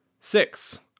six